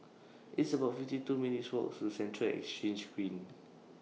It's about fifty two minutes' Walk to Central Exchange Green